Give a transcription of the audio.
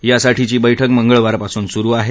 यासाठीची बैठक मंगळवारपासून स्रु आहे